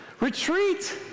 retreat